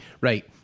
right